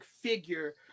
figure